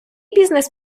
бізнес